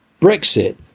Brexit